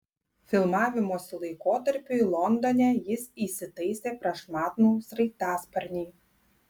filmavimosi laikotarpiui londone jis įsitaisė prašmatnų sraigtasparnį